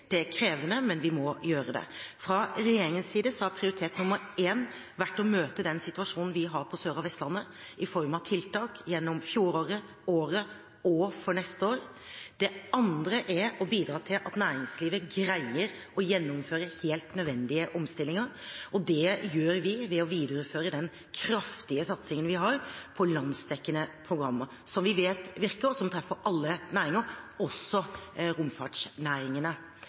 det er krevende, men vi må gjøre det. Fra regjeringens side har prioritet nr. 1 vært å møte den situasjonen vi har på Sør- og Vestlandet i form av tiltak gjennom fjoråret, gjennom året og for neste år. Den andre er å bidra til at næringslivet greier å gjennomføre helt nødvendige omstillinger, og det gjør vi ved å videreføre den kraftige satsingen vi har på landsdekkende programmer som vi vet virker, og som treffer alle næringer, også romfartsnæringene.